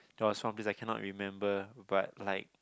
there was one place I couldn't remember but like